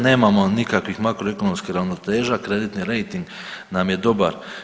Nemamo nikakvih makroekonomskih ravnoteža, kreditni rejting nam je dobar.